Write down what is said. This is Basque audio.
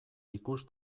ikus